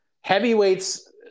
heavyweights